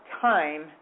time